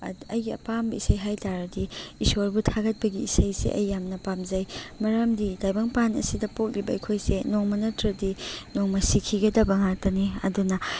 ꯑꯩꯒꯤ ꯑꯄꯥꯝꯕ ꯏꯁꯩ ꯍꯥꯏꯕꯇꯔꯗꯤ ꯏꯁꯣꯔꯕꯨ ꯊꯥꯒꯠꯄꯒꯤ ꯏꯁꯩꯁꯦ ꯑꯩ ꯌꯥꯝꯅ ꯄꯥꯝꯖꯩ ꯃꯔꯝꯗꯤ ꯇꯥꯏꯕꯪꯄꯥꯟ ꯑꯁꯤꯗ ꯄꯣꯛꯂꯤꯕ ꯑꯩꯈꯣꯏꯁꯦ ꯅꯣꯡ ꯅꯠꯇꯔꯒ ꯅꯣꯡꯃ ꯁꯤꯈꯤꯒꯗꯕ ꯉꯥꯛꯇꯅꯤ ꯑꯗꯨꯅ